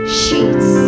sheets